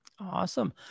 Awesome